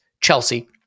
Chelsea